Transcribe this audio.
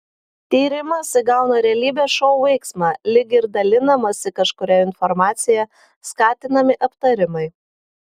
tyrimas įgauną realybės šou veiksmą lyg ir dalinamasi kažkuria informacija skatinami aptarimai